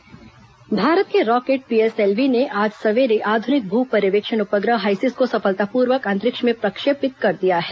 PSLV प्रक्षेपण भारत के rocket PSLV ने आज सवेरे आधुनिक भू पर्यवेक्षण उपग्रह हाईसिस को सफलतापूर्वक अंतरिक्ष में प्रक्षेपित कर दिया है